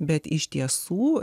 bet iš tiesų